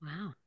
Wow